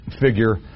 figure